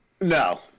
No